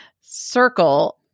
circle